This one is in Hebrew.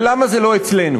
ולמה זה לא אצלנו.